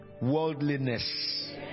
worldliness